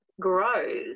grows